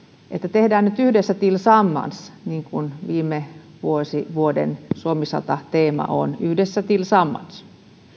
tehdään nyt yhdessä tillsammans niin kuin viime vuoden suomi sata teema oli yhdessä tillsammans